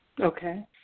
Okay